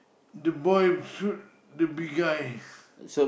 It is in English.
the boy suit the big eye